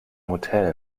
hotel